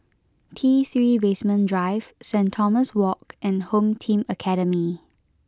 T three Basement Drive Saint Thomas Walk and Home Team Academy